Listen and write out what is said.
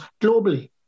globally